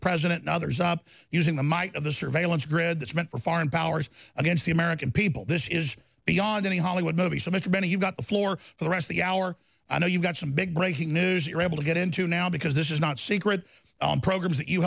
president neither stop using the might of the surveillance grid that's meant for foreign powers against the american people this is beyond any hollywood movie so much better you've got the floor the rest of the hour i know you've got some big breaking news you're able to get into now because this is not secret programs